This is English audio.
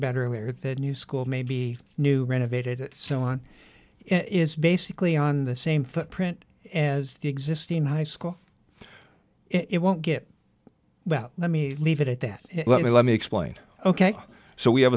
about earlier that new school may be new renovated so on it's basically on the same footprint and as the existing high school it won't get that let me leave it at that let me let me explain ok so we have